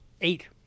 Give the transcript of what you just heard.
eight